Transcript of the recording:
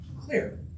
clear